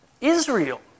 Israel